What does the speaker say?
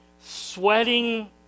sweating